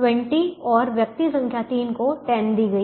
20 और व्यक्ति संख्या 3 को 10 दी गई है